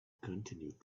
continued